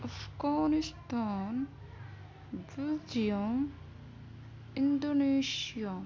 Afghanistan Belgium Indonesia